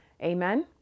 Amen